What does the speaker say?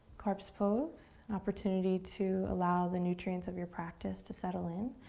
corpse pose, opportunity to allow the nutrients of your practice to settle in,